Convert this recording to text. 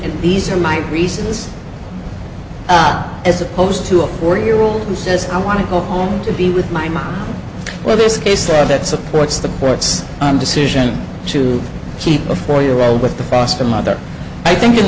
and these are my reasons as opposed to a four year old who says i want to go home to be with my mom well this case that supports the court's decision to keep a four year old with the foster mother i think in